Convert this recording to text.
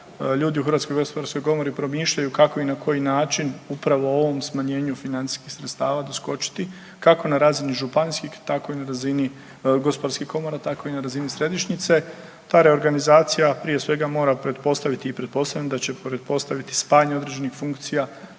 ljudi u HGK promišljaju kako i na koji način upravo o ovom smanjenju financijskih sredstava doskočiti, kako na razini županijskih tako i na razini gospodarskih komora, tako i na razini središnjice. Ta reorganizacija prije svega mora pretpostaviti i pretpostavljam da će pretpostaviti spajanje određenih funkcija